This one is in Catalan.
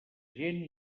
gent